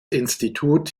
institut